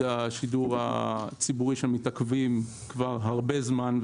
השידור הציבורי שמתעכבים כבר הרבה זמן,